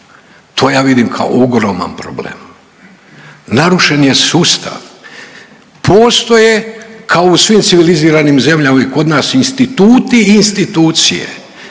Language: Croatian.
to ja vidim kao ogroman problem, narušen je sustav. Postoje kao u svim civiliziranim zemljama i kod nas instituti i institucije